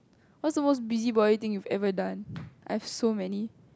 what's the most busybody thing you've ever done I have so many